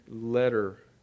letter